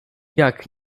jak